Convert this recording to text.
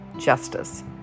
justice